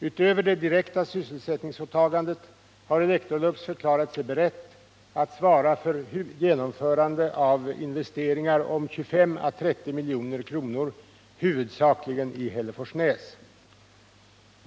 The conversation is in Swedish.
Utöver det direkta sysselsättningsåtagandet har Electrolux förklarat sig berett att svara för genomförande av investeringar om 25-30 milj.kr. huvudsakligen i Hälleforsnäs.